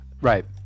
right